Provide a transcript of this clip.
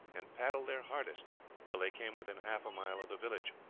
and paddle their hardest till they came within half a mile of the village,